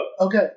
Okay